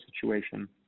situation